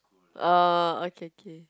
uh okay okay